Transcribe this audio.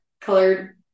colored